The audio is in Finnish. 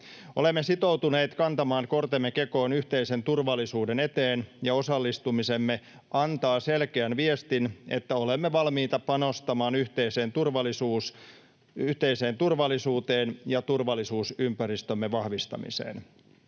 Olemme sitoutuneet kantamaan kortemme kekoon yhteisen turvallisuuden eteen, ja osallistumisemme antaa selkeän viestin, että olemme valmiita panostamaan yhteiseen turvallisuuteen ja turvallisuusympäristömme vahvistamiseen.